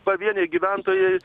pavieniai gyventojai